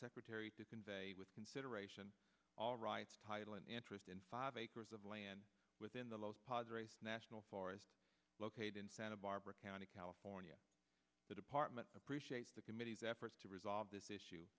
secretary to convey with consideration all rights title and interest in five acres of land within the los pas race national forest located in santa barbara county california the department appreciates the committee's efforts to resolve this issue